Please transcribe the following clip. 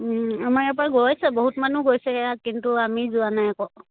আমাৰ ইয়াৰ পৰা গৈছে বহুত মানুহ গৈছে ইয়াত কিন্তু আমি যোৱা নাই আকৌ